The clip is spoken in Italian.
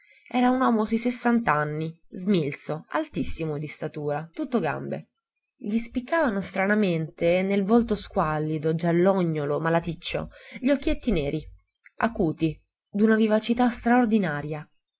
era un uomo sui sessant'anni smilzo altissimo di statura tutto gambe gli spiccavano stranamente nel volto squallido giallognolo malaticcio gli occhietti neri acuti d'una vivacità straordinaria